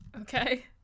Okay